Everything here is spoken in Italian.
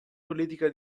politica